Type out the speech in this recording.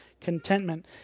contentment